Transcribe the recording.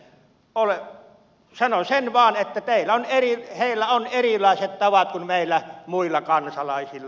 sanon vain sen että heillä on erilaiset tavat kuin meillä muilla kansalaisilla